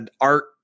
art